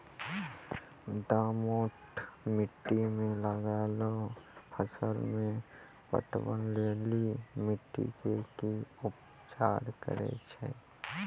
दोमट मिट्टी मे लागलो फसल मे पटवन लेली मिट्टी के की उपचार करे लगते?